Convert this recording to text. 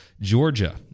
Georgia